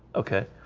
okay